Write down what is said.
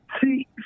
See